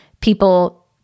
people